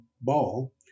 ball